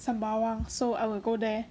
sembawang so I will go there